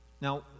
Now